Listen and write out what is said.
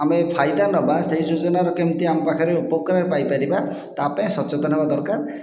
ଆମେ ଫାଇଦା ନେବା ସେ ଯୋଜନାର କେମତି ଆମ ପାଖରେ ଉପକାର ପାଇ ପାରିବା ତା ପାଇଁ ସଚେତନ ହେବା ଦରକାର